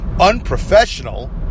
unprofessional